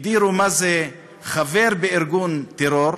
הגדירו מה זה חבר בארגון טרור,